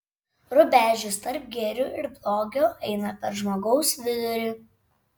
rubežius tarp gėrio ir blogio eina per žmogaus vidurį